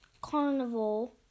carnival